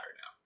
now